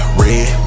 red